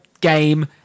game